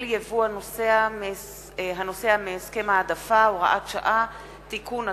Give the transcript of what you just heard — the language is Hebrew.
יבוא הנובע מהסכם העדפה) (הוראת שעה) (תיקון),